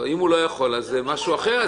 אם הוא לא יכול, אז זה משהו אחר.